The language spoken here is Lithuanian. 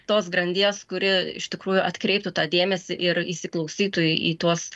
tos grandies kuri iš tikrųjų atkreiptų tą dėmesį ir įsiklausytų į tuos